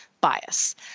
bias